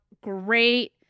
great